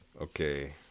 Okay